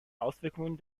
auswirkungen